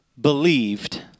believed